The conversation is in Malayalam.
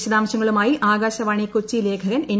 വിശദാംശങ്ങളുമായി ആകാശവാണി കൊച്ചി ലേഖകൻ എൻ